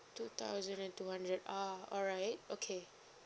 two thousand and two hundred oh alright okay